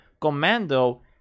Commando